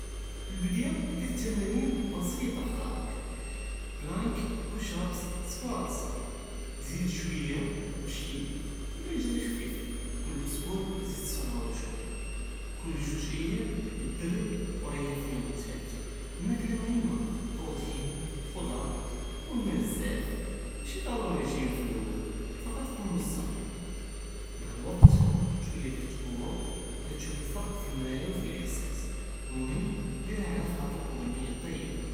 פי אלבדיה, דיר תמרין בסיסיה פי ד'הרכ, פלאנק, פושאפס, סקוואטס, זיד שוייה משי, ליג'רי ח'פיף, קול אסבוע זיד סעובאה שוייה, קול זוג איאם, דרב ו ריח פי אליום א-תאלת, אלמכלה מחממה ברוטין, חודאר, ו אלמא בזאף, מאשי דרורי ריג'ים פי אלאול, פקעט קון מסתמר, מע אלוועקט, טולי קטקווה ו קתשוף אלפרק פי אלמראת ו פי אלאהסאס, אלמهم דירהא עלא ח'טרכ ו ב אלניה אלטיבה.